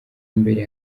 mbere